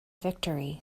victory